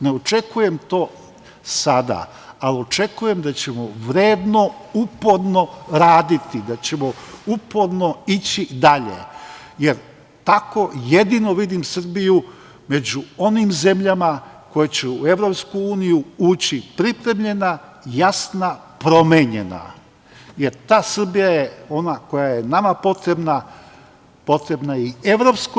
Ne očekujem to sada, ali očekujem da ćemo vredno, uporno raditi, da ćemo uporno ići dalje, jer tako jedino vidim Srbiju među onim zemljama koje će u EU ući pripremljena, jasna, promenjena, jer ta Srbija je ona koja je nama potrebna, potrebna je i EU.